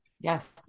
yes